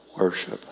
Worship